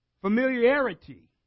Familiarity